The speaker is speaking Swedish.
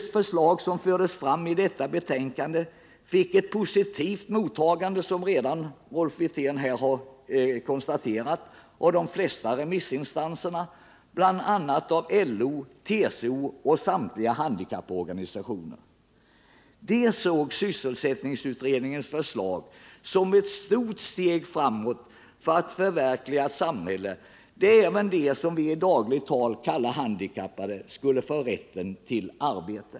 De förslag som fördes fram i detta betänkande fick, som Rolf Wirtén här redan konstaterat, ett positivt mottagande av de flesta remissinstanserna, bl.a. av LO, TCO och samtliga handikapporganisationer. De såg sysselsättningsutredningens förslag som ett stort steg framåt för att förverkliga ett samhälle, där även de som vi i dagligt tal kallar handikappade skulle få rätten till arbete.